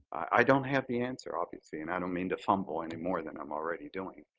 i don't have the answer, obviously, and i don't mean to fumble any more than i'm already doing.